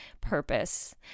purpose